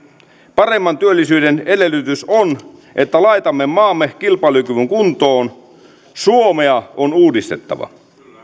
paremman työllisyyden edellytys on että laitamme maamme kilpailukyvyn kuntoon suomea on uudistettava